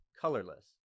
Colorless